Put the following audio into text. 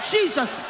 Jesus